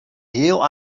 heel